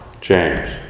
James